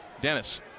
Dennis